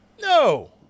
No